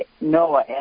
Noah